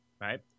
right